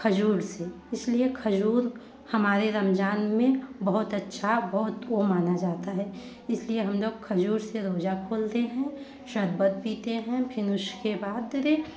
खजूर से इसलिए खजूर हमारे रमजान में बहुत अच्छा बहुत वो माना जाता है इसलिए हम लोग खजूर से रोज़ा खोलते हैं शर्बत पीते हैं फिर उसके बाद दीदी